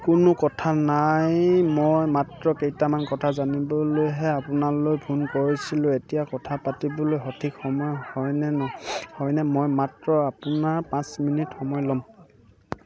কোনো কথা নাই মই মাত্ৰ কেইটামান কথা জানিবলৈহে আপোনালৈ ফোন কৰিছিলোঁ এতিয়া কথা পাতিবলৈ সঠিক সময় হয়নে হয়নে মই মাত্ৰ আপোনাৰ পাঁচ মিনিট সময় ল'ম